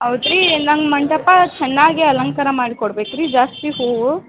ಹೌದ್ ರೀ ನಂಗೆ ಮಂಟಪ ಚೆನ್ನಾಗಿ ಅಲಂಕಾರ ಮಾಡಿ ಕೊಡ್ಬೇಕು ರೀ ಜಾಸ್ತಿ ಹೂವು